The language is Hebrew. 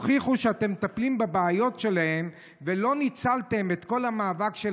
תוכיחו שאתם מטפלים בבעיות שלהם ושלא ניצלתם את כל המאבק של